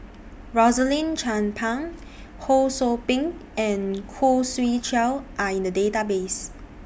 Rosaline Chan Pang Ho SOU Ping and Khoo Swee Chiow Are in The Database